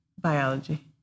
Biology